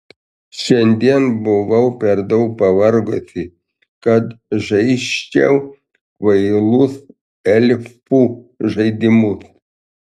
šiandien buvau per daug pavargusi kad žaisčiau kvailus elfų žaidimus